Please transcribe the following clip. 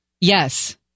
Yes